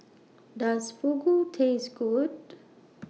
Does Fugu Taste Good